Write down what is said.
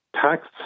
tax